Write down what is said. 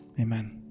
amen